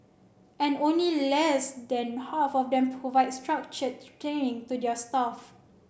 and only less than half of them provide structured training to their staff